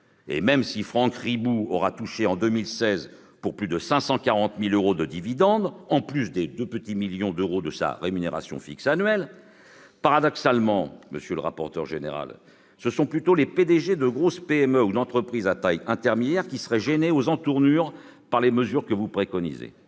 même si Franck Riboud aura touché en 2016 plus de 540 000 euros de dividendes, s'ajoutant aux 2 petits millions d'euros de sa rémunération fixe annuelle ... Paradoxalement, monsieur le rapporteur général, ce sont plutôt les PDG de grosses PME ou d'entreprises de taille intermédiaire qui seraient gênés aux entournures par les mesures que vous préconisez.